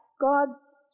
God's